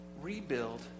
rebuild